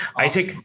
Isaac